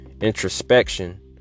introspection